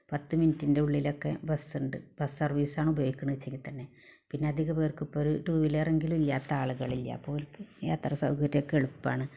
പത്ത് മിന്റ്റിൻ്റെ ഉള്ളിലൊക്കെ ബസ്സ്ണ്ട് ബസ് സർവീസാണ് ഉപയോഗിക്കുന്നതെന്ന് വെച്ചെങ്കിൽ തന്നെ പിന്നെ അധികം പേർക്കും ഇപ്പോൾ ഒരു ടൂവീലറെങ്കിലും ഇല്ലാത്ത ആളുകളില്ല അപ്പോൾ അവർക്ക് യാത്രാ സൗകര്യമൊക്കെ എളുപ്പമാണ്